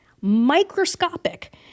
microscopic